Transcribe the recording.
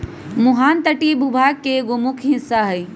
मुहाना तटीय भूभाग के एगो मुख्य हिस्सा हई